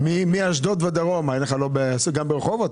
מאשדוד ודרומה אין לך, גם ברחובות.